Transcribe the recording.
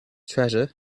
treasure